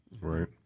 Right